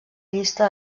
llista